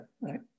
Right